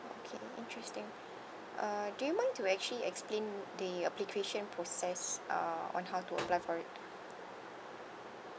okay interesting uh do you mind to actually explain the application process uh on how to apply for it